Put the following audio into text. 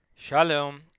Shalom